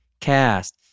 cast